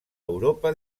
europa